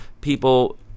people